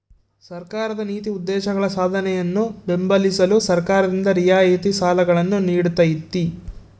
ಸರ್ಕಾರದ ನೀತಿ ಉದ್ದೇಶಗಳ ಸಾಧನೆಯನ್ನು ಬೆಂಬಲಿಸಲು ಸರ್ಕಾರದಿಂದ ರಿಯಾಯಿತಿ ಸಾಲಗಳನ್ನು ನೀಡ್ತೈತಿ